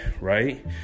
Right